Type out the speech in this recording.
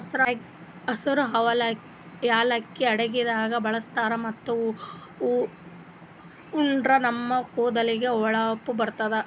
ಹಸ್ರ್ ಯಾಲಕ್ಕಿ ಅಡಗಿದಾಗ್ ಬಳಸ್ತಾರ್ ಮತ್ತ್ ಇದು ಉಂಡ್ರ ನಮ್ ಕೂದಲಿಗ್ ಹೊಳಪ್ ಬರ್ತದ್